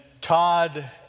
Todd